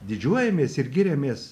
didžiuojamės ir giriamės